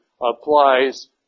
applies